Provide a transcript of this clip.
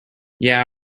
yeah